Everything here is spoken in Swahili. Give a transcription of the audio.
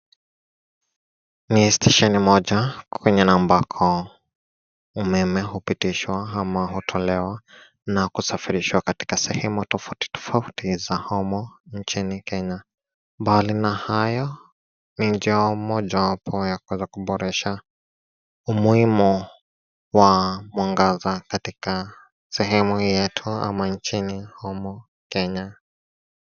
Ni stesheni moja ,kwenye amabako umeme hupitishwa ama hutolewa na kusafirishwa katika sehemu tofauti tofauti humu nchini Kenya. Mbali na hayo, ni njia mojawapo ya kuweza kuboresha umuhimu wa mwangaza katika sehemu yetu ama nchini humu Kenya.